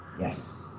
Yes